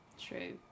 true